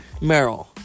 Meryl